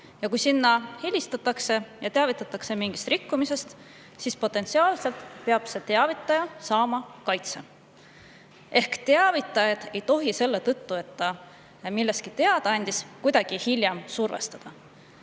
ja kui sinna helistatakse, teavitatakse mingist rikkumisest, siis potentsiaalselt peab see teavitaja saama kaitse. Ehk teavitajat ei tohi selle tõttu, et ta millestki teada andis, hiljem kuidagi survestada.